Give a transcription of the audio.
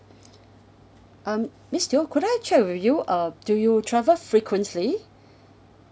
um miss teo could I check with you uh do you travel frequently